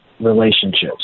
relationships